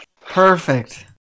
Perfect